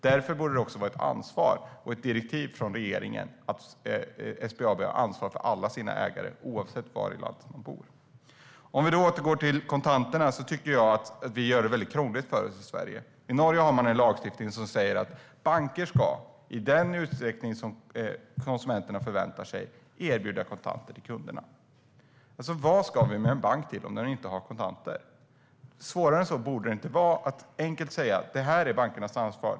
Därför borde detta vara ett ansvar, och det borde finnas ett direktiv från regeringen om att SBAB har ansvar för alla sina ägare oavsett var i landet de bor. Om vi återgår till kontanterna tycker jag att vi gör det krångligt för Sverige. I Norge har man en lagstiftning som säger att banker i den utsträckning som konsumenterna förväntar sig ska erbjuda kontanter till kunderna. Vad ska vi med en bank till om den inte har kontanter? Det borde inte vara svårare än att man helt enkelt säger: Det här är bankernas ansvar.